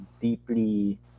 deeply